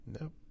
Nope